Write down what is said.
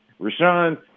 Rashawn –